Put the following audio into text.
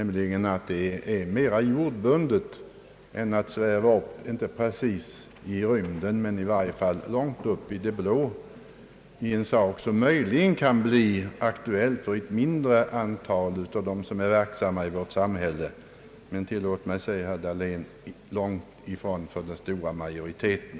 Min uppfattning är nämligen mera jordbunden och jag vill inte sväva ut, inte precis i rymden men i vart fall långt i det blå i en sak som möjligen blir aktuell för ett mindre antal av dem som är verksamma i vårt samhälle men långt ifrån för den stora majoriteten — tillåt mig att säga det, herr Dahlén.